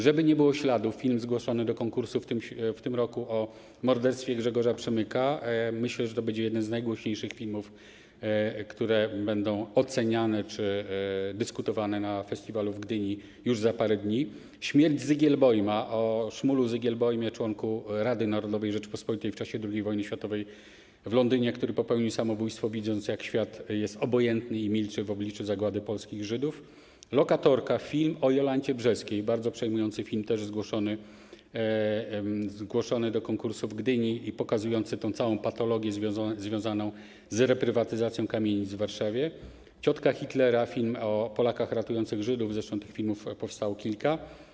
Żeby nie było śladu”, film zgłoszony do konkursu w tym roku o morderstwie Grzegorza Przemyka - myślę, że to będzie jeden z najgłośniejszych filmów, które będą oceniane czy nad którymi odbędzie się dyskusja na festiwalu w Gdyni już za parę dni - „Śmierć Zygielbojma” o Szmulu Zygielbojmie, członku Rady Narodowej Rzeczypospolitej w czasie II wojny światowej w Londynie, który popełnił samobójstwo, widząc jak świat jest obojętny i milczy w obliczu zagłady polskich Żydów, „Lokatorka”, film o Jolancie Brzeskiej, bardzo przejmujący film, też zgłoszony do konkursu w Gdyni, który pokazuje tę całą patologię związaną z reprywatyzacją kamienic w Warszawie, „Ciotka Hitlera”, film o Polakach ratujących Żydów, zresztą tych filmów powstało kilka.